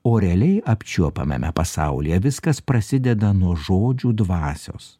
o realiai apčiuopiamame pasaulyje viskas prasideda nuo žodžių dvasios